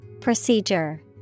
Procedure